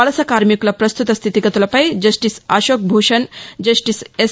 వలస కార్మికుల పస్తుత స్లితిగతులపై justice Ashok Bhushan justice yes